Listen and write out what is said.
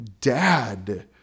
dad